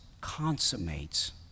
consummates